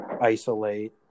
isolate